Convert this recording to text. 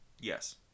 yes